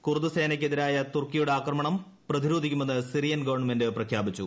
Kurd സേനയ്ക്കെതിരായ തുർക്കിയുടെ ആക്രമണം പ്രതിരോധിക്കുമെന്ന് സിറിയൻ ഗവൺമെന്റ് പ്രഖ്യാപിച്ചു